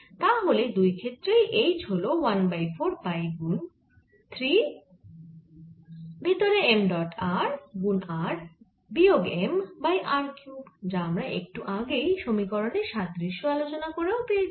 তাহলে দুই ক্ষেত্রেই H হল 1 বাই 4 পাই গুন 3 ভেতরে m ডট r গুন r বিয়োগ m বাই r কিউব যা আমরা একটু আগেই সমীকরণ এর সাদৃশ্য আলোচনা করে পেয়েছি